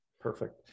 perfect